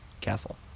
castle